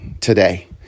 today